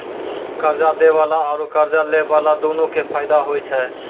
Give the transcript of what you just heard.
कर्जा दै बाला आरू कर्जा लै बाला दुनू के फायदा होय छै